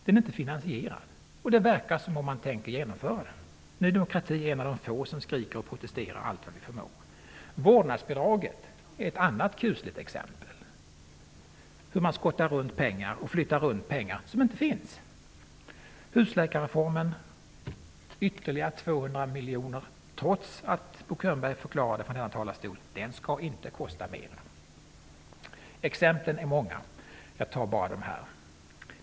Den är inte finansierad, och det verkar som om man tänker genomföra den. Ny demokrati är bland de få som skriker och protesterar allt vad de förmår. Vårdnadsbidraget är ett annat kusligt exempel på hur man flyttar runt pengar som inte finns. Husläkarreformen kostar ytterligare 200 miljoner, trots att Bo Könberg förklarade från denna talarstol att den inte skall kosta mer. Exemplen är många. Jag tar bara de här.